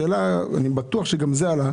השאלה ואני בטוח שגם היא עלתה